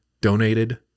donated